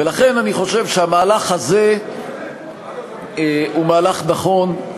ולכן אני חושב שהמהלך הזה הוא מהלך נכון,